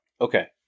Okay